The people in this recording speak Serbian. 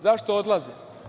Zašto odlaze?